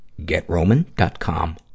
Getroman.com